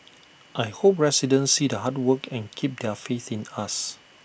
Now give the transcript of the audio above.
I hope residents see the hard work and keep their faith in us